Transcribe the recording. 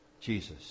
Jesus